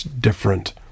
different